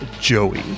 Joey